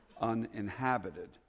uninhabited